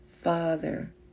Father